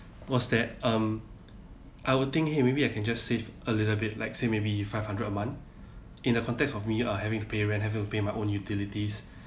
was that um I would think hey maybe I can just save a little bit like say maybe five hundred a month in the context of me uh having to pay rent having to pay my own utilities